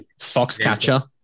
Foxcatcher